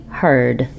heard